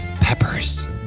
peppers